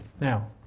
Now